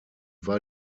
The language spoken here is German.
war